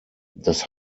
das